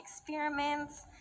experiments